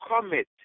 commit